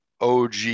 OG